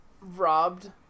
robbed